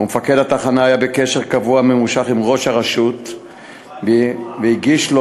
ומפקד התחנה היה בקשר קבוע וממושך עם ראש הרשות והגיש לו